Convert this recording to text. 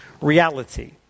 reality